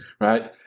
Right